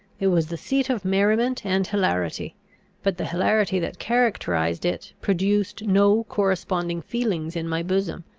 it was the seat of merriment and hilarity but the hilarity that characterised it produced no correspondent feelings in my bosom.